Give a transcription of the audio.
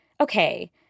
okay